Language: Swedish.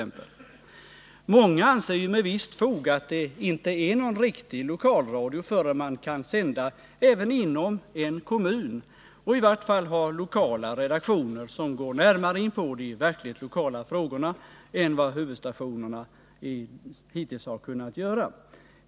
Många anser ju med visst fog att det inte är någon riktig lokalradio förrän man kan sända även inom en kommun och i vart fall ha lokala redaktioner som går närmare in på de verkligt lokala Nr 102 frågorna än huvudstationerna hittills kunnat göra.